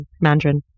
Mandarin